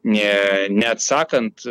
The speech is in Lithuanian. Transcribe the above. ne neatsakant